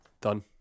done